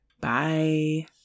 Bye